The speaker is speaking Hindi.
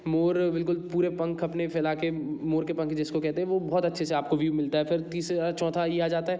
मोर बिल्कुल पूरे पंख अपने फैला के मोर के पंख जिसको कहते हैं वो बहुत अच्छे से आपको व्यू मिलता है फिर तीसरा चौथा ये आ जाता है